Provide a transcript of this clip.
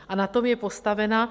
A na tom je postavena.